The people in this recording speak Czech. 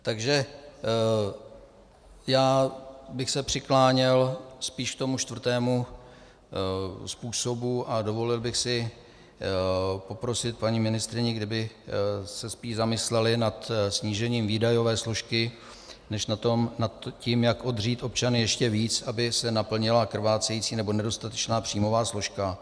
Takže já bych se přikláněl spíš k tomu čtvrtému způsobu a dovolil bych si poprosit paní ministryni, kdyby se spíš zamysleli nad snížením výdajové složky než nad tím, jak odřít občany ještě víc, aby se naplnila krvácející nebo nedostatečná příjmová složka.